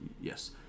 Yes